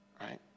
right